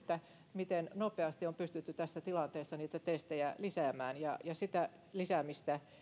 miten nopeasti on pystytty tässä tilanteessa niitä testejä lisäämään ja sitä lisäämistä